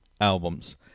albums